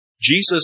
Jesus